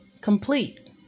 complete